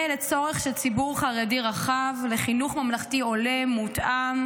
לצורך של ציבור חרדי רחב לחינוך ממלכתי הולם ומותאם,